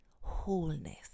wholeness